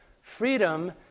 Freedom